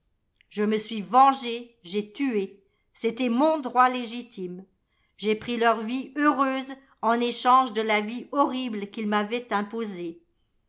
je me suis vengé j'ai tué c'était mon droit légitime j'ai pris leur vie heureuse en échange de la vie horrible qu'ils m'avaient imposée